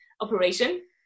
operation